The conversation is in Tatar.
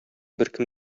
беркем